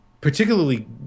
particularly